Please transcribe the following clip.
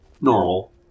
normal